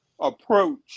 approach